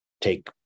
take